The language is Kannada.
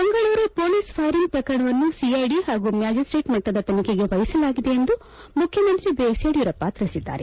ಮಂಗಳೂರು ಪೊಲೀಸ್ ಫೈರಿಂಗ್ ಪ್ರಕರಣವನ್ನು ಸಿಐಡಿ ಹಾಗೂ ಮ್ಕಾಜಿಸ್ಟ್ರೆಟ್ ಮಟ್ಟದ ತನಿಖೆಗೆ ವಹಿಸಲಾಗಿದೆ ಎಂದು ಮುಖ್ಯಮಂತ್ರಿ ಬಿಎಸ್ ಯಡಿಯೂರಪ್ಪ ತಿಳಿಸಿದ್ದಾರೆ